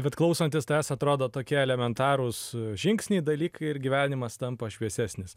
bet klausantis tavęs atrodo tokie elementarūs žingsniai dalykai ir gyvenimas tampa šviesesnis